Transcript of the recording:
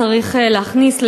צריך להכניס,